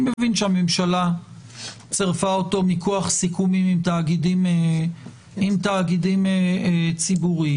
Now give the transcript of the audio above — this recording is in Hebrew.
אני מבין שהממשלה צירפה אותו מכוח סיכומים עם תאגידים ציבוריים.